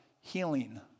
healing